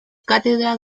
cátedra